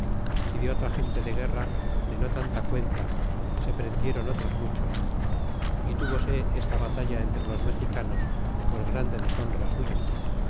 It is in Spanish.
y de otra gente de guerra de no tanta cuenta se prendiéron otros muchos y ttivose esta batalla entre los mexicanos por grande deshonra suya